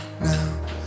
now